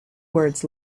words